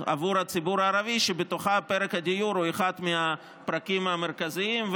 עבור הציבור הערבי שבתוכה פרק הדיור הוא אחד מהפרקים המרכזיים,